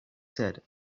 said